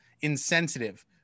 insensitive